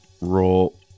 roll